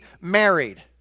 married